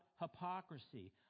hypocrisy